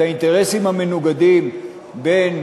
את האינטרסים המנוגדים בין